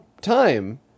time